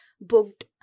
booked